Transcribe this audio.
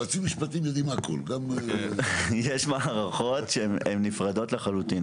יש מערכות שהן נפרדות לחלוטין,